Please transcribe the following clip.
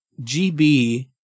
GB